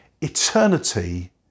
eternity